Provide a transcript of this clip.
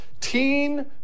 teen